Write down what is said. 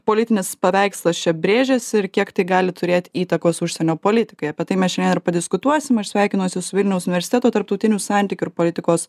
politinis paveikslas čia brėžiasi ir kiek tai gali turėti įtakos užsienio politikai apie tai mes šiandien ir padiskutuosime aš sveikinuosi su vilniaus universiteto tarptautinių santykių ir politikos